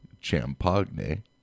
Champagne